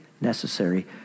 Necessary